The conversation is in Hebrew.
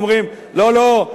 ואומרים: לא לא,